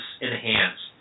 enhanced